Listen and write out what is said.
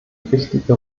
wichtige